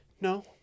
No